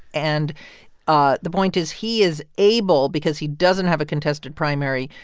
and ah the point is he is able, because he doesn't have a contested primary,